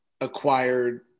acquired